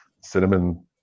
Cinnamon